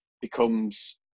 becomes